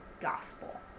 gospel